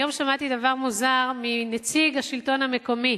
היום שמעתי דבר מוזר מנציג השלטון המקומי,